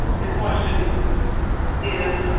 the question is